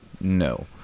no